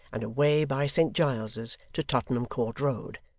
and away by saint giles's to tottenham court road,